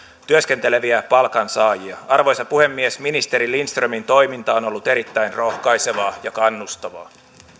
työskenteleviä palkansaajia arvoisa puhemies ministeri lindströmin toiminta on ollut erittäin rohkaisevaa ja kannustavaa